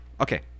Okay